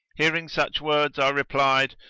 hearing such words i replied,